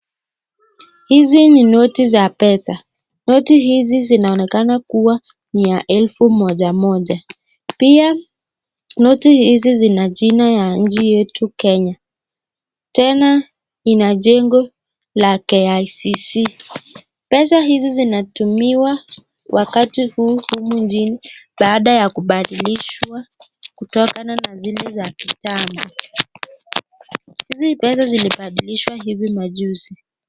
Hizi ni noti za pesa. Noti hizi zinaonekana kuwa ni ya elfu moja moja. Pia noti hizi zina jina ya nchi yetu Kenya. Tena ina jengo ya KICC. Pesa hizi zinatumiwa wakati huu humu nchini baada ya kupadilishwa kutokana na zile za kitambo. Hizi pesa zilipadilishwa hivi majuzi.